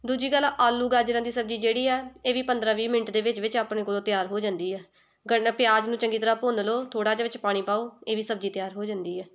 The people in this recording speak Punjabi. ਦੂਜੀ ਗੱਲ ਆਲੂ ਗਾਜਰਾਂ ਦੀ ਸਬਜ਼ੀ ਜਿਹੜੀ ਆ ਇਹ ਵੀ ਪੰਦਰਾਂ ਵੀਹ ਮਿੰਟ ਦੇ ਵਿੱਚ ਵਿੱਚ ਆਪਣੇ ਕੋਲੋਂ ਤਿਆਰ ਹੋ ਜਾਂਦੀ ਹੈ ਗੰਡ ਪਿਆਜ਼ ਨੂੰ ਚੰਗੀ ਤਰ੍ਹਾਂ ਭੁੰਨ ਲਓ ਥੋੜ੍ਹਾ ਜਿਹਾ ਵਿੱਚ ਪਾਣੀ ਪਾਓ ਇਹ ਵੀ ਸਬਜ਼ੀ ਤਿਆਰ ਹੋ ਜਾਂਦੀ ਹੈ